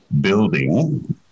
building